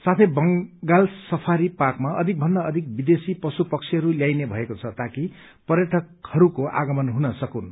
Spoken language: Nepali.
साथै बंगाल सफारी पार्कमा अधिकभन्दा अधिक विदेशी पशु पंक्षीहरू ल्याइने भएको छ ताकि पर्यटकहरूको आगमन हुन सकून्